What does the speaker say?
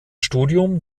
studium